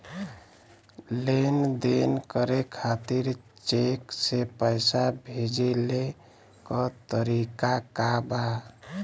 लेन देन करे खातिर चेंक से पैसा भेजेले क तरीकाका बा?